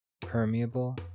permeable